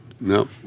No